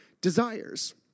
desires